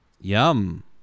Yum